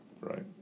right